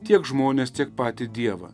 tiek žmones tiek patį dievą